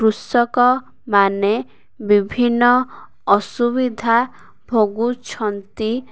କୃଷକମାନେ ବିଭିନ୍ନ ଅସୁବିଧା ଭୋଗୁଛନ୍ତି